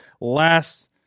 last